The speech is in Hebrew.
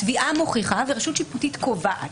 התביעה מוכיחה ורשות שיפוטית קובעת.